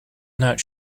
not